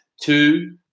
two